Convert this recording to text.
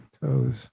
toes